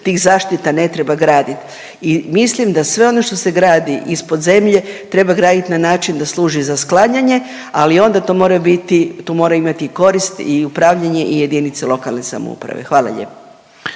tih zaštita ne treba graditi. I mislim da sve ono što se gradi ispod zemlje treba graditi na način da služi za sklanjanje. Ali onda to mora biti, tu moraju imati korist i upravljanje i jedinice lokalne samouprave. Hvala lijepo.